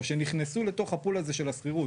או שנכנסו לתוך הפול הזה של השכירות.